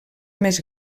més